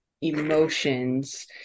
emotions